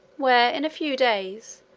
where, in a few days,